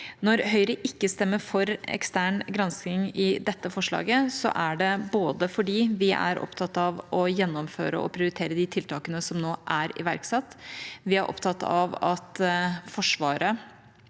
Når Høyre ikke stemmer for ekstern granskning i dette forslaget, er det fordi vi er opptatt av å gjennomføre og prioritere de tiltakene som nå er iverksatt, og vi er opptatt av at Forsvaret